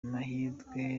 mahirwe